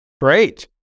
Great